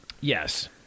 Yes